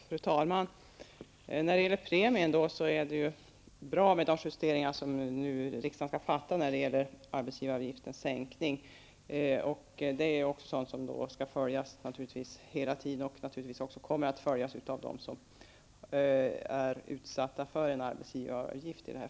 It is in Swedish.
Fru talman! När det gäller premien vill jag säga att det är bra med de justeringar som riksdagen skall besluta rörande en sänkning av arbetsgivaravgiften. Detta beslut skall hela tiden följas, och naturligtvis kommer det att följas av dem som i det här fallet berörs av en arbetsgivaravgift.